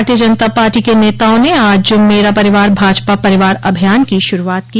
भारतीय जनता पार्टी के नेताओं ने आज मेरा परिवार भाजपा परिवार अभियान की शुरूआत की